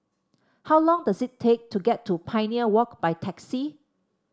how long does it take to get to Pioneer Walk by taxi